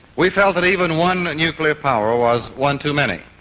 we felt that even one nuclear power was one too many.